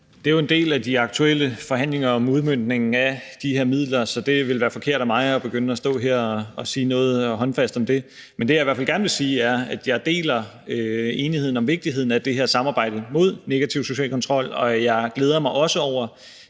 Det er jo en del af de aktuelle forhandlinger om udmøntningen af de her midler, så det ville være forkert af mig at begynde at stå her og sige noget håndfast om det. Men det, jeg i hvert fald gerne vil sige, er, at jeg er enig i vigtigheden af det her samarbejde mod negativ social kontrol, og jeg glæder mig også over